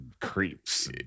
creeps